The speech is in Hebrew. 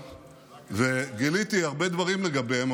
וגיליתי הרבה דברים לגביהם,